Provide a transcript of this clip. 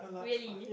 really